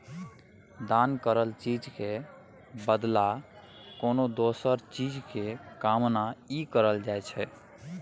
दान करल चीज के बदला कोनो दोसर चीज के कामना नइ करल जाइ छइ